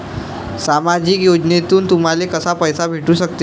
सामाजिक योजनेतून तुम्हाले कसा पैसा भेटू सकते?